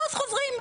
ואז חוזרים.